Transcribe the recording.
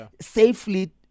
safely